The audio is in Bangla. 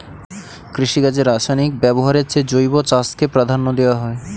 কৃষিকাজে রাসায়নিক ব্যবহারের চেয়ে জৈব চাষকে প্রাধান্য দেওয়া হয়